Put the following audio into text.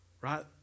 right